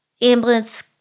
ambulance